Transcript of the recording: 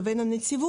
לדעתי,